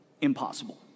impossible